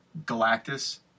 Galactus